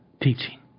teaching